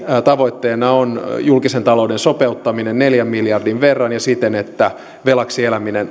tavoitteena on julkisen talouden sopeuttaminen neljän miljardin verran ja siten että velaksi eläminen